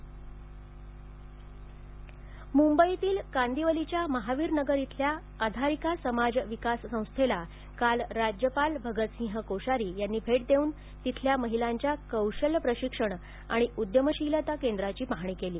राज्यपाल मुंबईतील कांदिवलीच्या महावीर नगर इथल्या आधारिका समाज विकास संस्थेला काल राज्यपाल भगतसिंह कोश्यारी यांनी भेट देऊन तिथल्या महिलांच्या कौशल्य प्रशिक्षण आणि उद्यमशीलता केंद्राची पाहणी केली